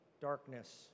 darkness